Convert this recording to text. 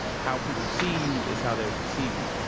how people see you is how they will perceive you.